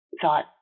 thought